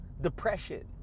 depression